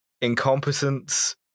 incompetence